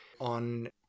on